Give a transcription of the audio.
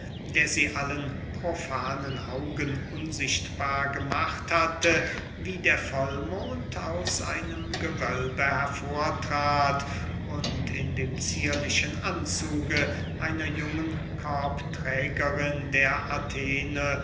der sie allen profanen augen unsichtbar gemacht hatte wie der vollmond aus einem gewölke hervor trat und in dem zierlichen anzuge einer jungen korbträgerin der athene